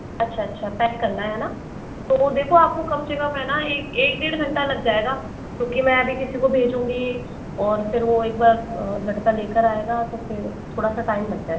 अच्छा अच्छा पैक करना है है ना तो देखो आपको कम से कम है ना एक एक डेढ़ घंटा लग जाएगा क्योंकि मैं अभी किसी को भेजूंगी और फिर वो एक बार लड़का लेकर आएगा तो फिर थोड़ा सा टाइम लग जाएगा